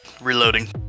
Reloading